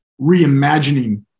reimagining